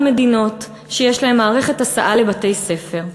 מדינות שיש להן מערכת הסעה לבתי-ספר.